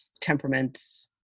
temperaments